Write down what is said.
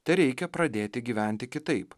tereikia pradėti gyventi kitaip